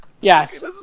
Yes